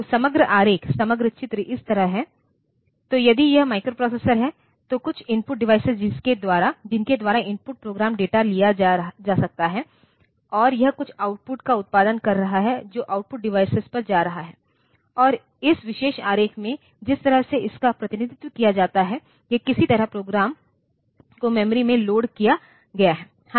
तो समग्र आरेख समग्र चित्र इस तरह है तो यदि यह माइक्रोप्रोसेसर है तो कुछ इनपुट डिवाइस जिनके द्वारा इनपुट प्रोग्राम डेटा लिया जा सकता है और यह कुछ आउटपुट का उत्पादन कर रहा है जो आउटपुट डिवाइस पर जा रहा है और इस विशेष आरेख में जिस तरह से इसका प्रतिनिधित्व किया जाता है यह किसी तरह प्रोग्राम को मेमोरी में लोड किया गया है